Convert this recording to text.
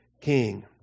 king